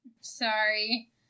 Sorry